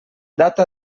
data